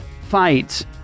fight